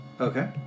Okay